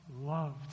loved